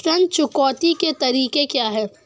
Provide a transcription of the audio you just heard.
ऋण चुकौती के तरीके क्या हैं?